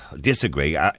disagree